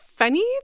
funny